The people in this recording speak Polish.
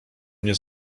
mnie